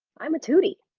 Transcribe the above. i'm a tootie.